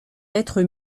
être